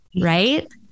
right